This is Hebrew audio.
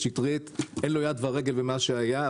אין לו יד ורגל במה שהיה,